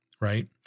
right